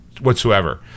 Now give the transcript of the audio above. whatsoever